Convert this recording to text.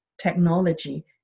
technology